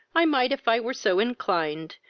i might, if i were so inclined,